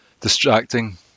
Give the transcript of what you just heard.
distracting